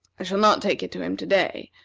i shall not take it to him to-day,